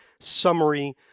summary